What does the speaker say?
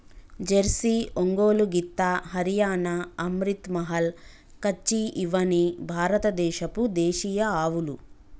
Jersey, Ongole గిత్త, హరియాణా, అమ్రిత్ మహల్, కచ్చి ఇవ్వని భారత దేశపు దేశీయ ఆవులు